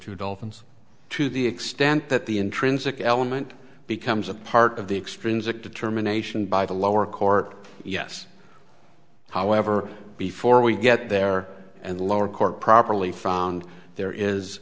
few dolphins to the extent that the intrinsic element becomes a part of the extremes of determination by the lower court yes however before we get there and the lower court properly found there is